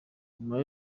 nyuma